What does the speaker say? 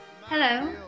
Hello